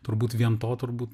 turbūt vien to turbūt